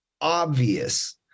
obvious